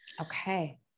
okay